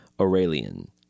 Aurelian